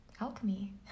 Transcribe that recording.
alchemy